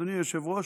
אדוני היושב-ראש,